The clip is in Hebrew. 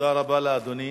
תודה רבה לאדוני.